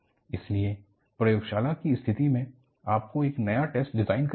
इसलिए प्रयोगशाला की स्थिति में आपको एक नया टेस्ट डिज़ाइन करना होगा